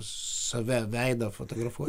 save veidą fotografuo